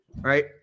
right